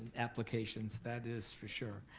applications, that is for sure.